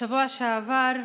בשבוע שעבר,